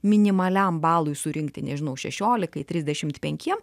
minimaliam balui surinkti nežinau šešiolikai trisdešimt penkiem